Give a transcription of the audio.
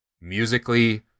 musically